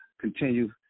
continue